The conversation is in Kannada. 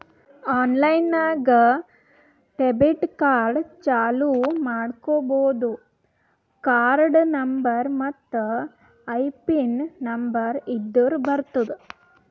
ಆನ್ಲೈನ್ ನಾಗ್ ಡೆಬಿಟ್ ಕಾರ್ಡ್ ಚಾಲೂ ಮಾಡ್ಕೋಬೋದು ಕಾರ್ಡ ನಂಬರ್ ಮತ್ತ್ ಐಪಿನ್ ನಂಬರ್ ಇದ್ದುರ್ ಬರ್ತುದ್